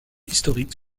historiques